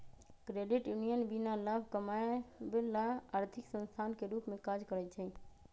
credit union बीना लाभ कमायब ला आर्थिक संस्थान के रूप में काज़ करइ छै